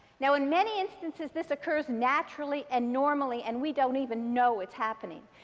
now in many instances, this occurs naturally and normally. and we don't even know it's happening.